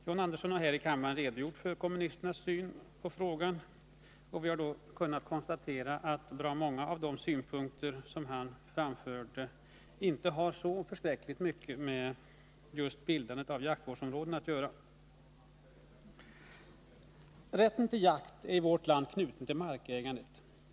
John Andersson har här i kammaren redogjort för vpk:s syn i frågan, och vi har därvid kunnat konstatera att många av de synpunkter som han framförde inte har så värst mycket med just bildande av jaktvårdsområden att göra. Rätten till jakt är i vårt land knuten till markägandet.